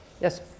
Yes